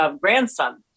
grandson